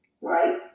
right